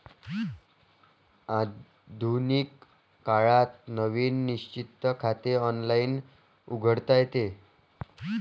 आधुनिक काळात नवीन निश्चित खाते ऑनलाइन उघडता येते